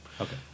Okay